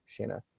shana